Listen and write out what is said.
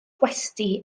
westy